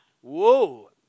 Whoa